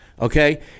okay